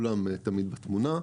כולם תמיד בתמונה.